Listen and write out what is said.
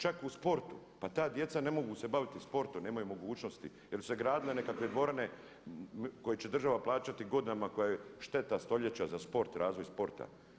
Čak u sportu, pa ta djeca ne mogu se baviti sportom, nemaju mogućnosti jer su se gradile nekakve dvorane koje će država plaćati godinama, koje je šteta stoljeća za sport, razvoj sporta.